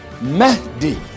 Mahdi